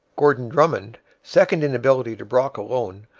gordon drummond, second in ability to brock alone,